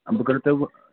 بہٕ کرو تۄہہِ